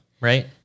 right